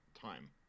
time